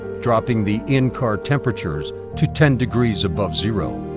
dropping the in-car temperatures to ten degrees above zero.